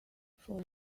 for